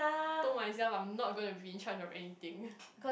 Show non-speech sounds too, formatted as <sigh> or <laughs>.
told myself I'm not gonna be in charge of anything <laughs>